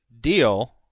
deal